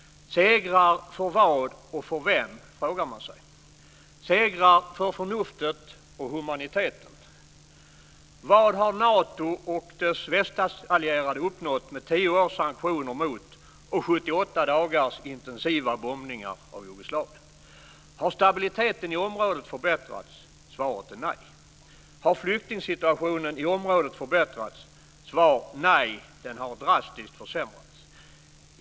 Segrar för vad och för vem, frågar man sig. Segrar för förnuftet och humaniteten? Vad har Nato och dess västallierade uppnått med tio års sanktioner mot och 78 dagars intensiva bombningar av Jugoslavien? Har stabiliteten i området förbättrats? Svaret är nej. Har flyktingsituationen i området förbättrats? Svar: Nej, den har drastiskt försämrats.